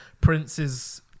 Prince's